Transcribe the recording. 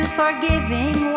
forgiving